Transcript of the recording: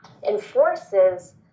enforces